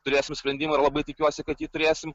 turėsim sprendimą ir labai tikiuosi kad jį turėsim